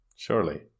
surely